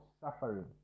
suffering